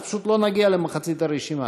פשוט לא נגיע למחצית הרשימה.